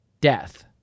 death